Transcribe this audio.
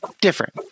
different